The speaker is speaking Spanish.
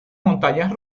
montañas